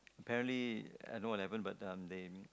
apparently I don't know what happened but um they